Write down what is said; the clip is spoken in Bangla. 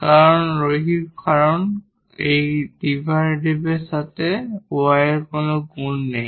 কারণ এটি লিনিয়ার কারণ এর ডেরিভেটিভের সাথে 𝑦 এর কোন গুণ নেই